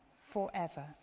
forever